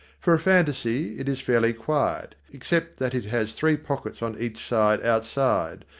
for a fantaisie, it is fairly quiet, except that it has three pockets on each side outside,